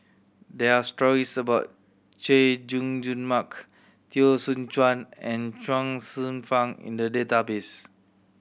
there are stories about Chay Jung Jun Mark Teo Soon Chuan and Chuang Hsueh Fang in the database